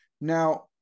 now